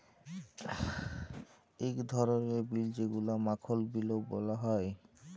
ইক ধরলের বিল যেগুলাকে মাখল বিলও ব্যলা হ্যয়